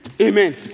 Amen